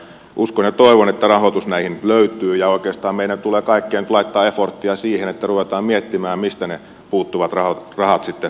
uskon ja toivon että rahoitus näihin löytyy ja oikeastaan meidän tulee kaikkien nyt laittaa eforttia siihen että ruvetaan miettimään mistä ne puuttuvat rahat sitten löytyvät